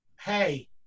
hey